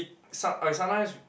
some I sometimes